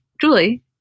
Julie